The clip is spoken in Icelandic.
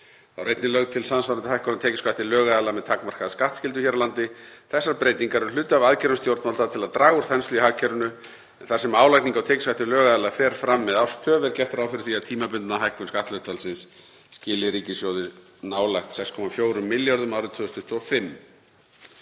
Þá er einnig lögð til samsvarandi hækkun á tekjuskatti lögaðila með takmarkaða skattskyldu hér á landi. Þessar breytingar eru hluti af aðgerðum stjórnvalda til að draga úr þenslu í hagkerfinu en þar sem álagning á tekjuskatti lögaðila fer fram með árstöf er gert ráð fyrir því að tímabundna hækkun skatthlutfallsins skili ríkissjóði nálægt 6,4 milljörðum kr. árið 2025.